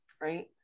right